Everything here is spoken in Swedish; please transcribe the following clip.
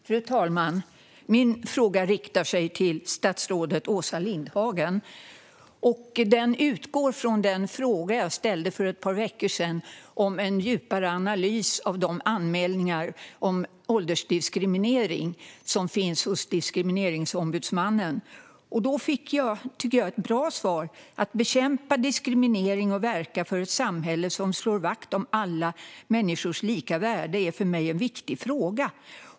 Fru talman! Min fråga är riktad till statsrådet Åsa Lindhagen. Den utgår från den skriftliga fråga som jag ställde för ett par veckor sedan om en djupare analys av de anmälningar om åldersdiskriminering som finns hos Diskrimineringsombudsmannen. Jag tycker att jag då fick ett bra svar. "Att bekämpa diskriminering och verka för ett samhälle som slår vakt om alla människors lika värde är för mig en viktig fråga."